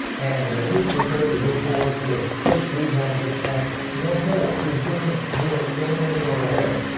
and he is prepared to go forward with just these answers and no more. he has given mueller everything he ought to have.